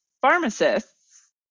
pharmacists